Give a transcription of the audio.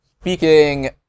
speaking